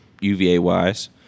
UVA-wise